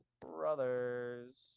Brothers